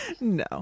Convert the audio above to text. no